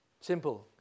Simple